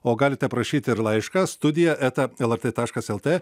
o galite prašyti laišką studija eta lrt taškas lt